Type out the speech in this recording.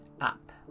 up